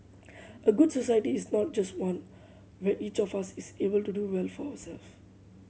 a good society is not just one where each of us is able to do well for ourselves